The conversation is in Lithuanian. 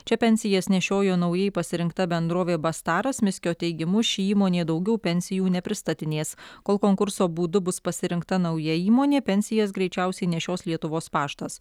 čia pensijas nešiojo naujai pasirinkta bendrovė bastaras miskio teigimu ši įmonė daugiau pensijų nepristatinės kol konkurso būdu bus pasirinkta nauja įmonė pensijas greičiausiai nešios lietuvos paštas